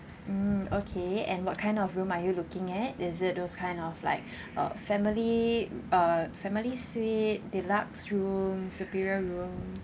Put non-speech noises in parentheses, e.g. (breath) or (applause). mm okay and what kind of room are you looking at is it those kind of like (breath) uh family uh family suite deluxe room superior room